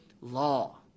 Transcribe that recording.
law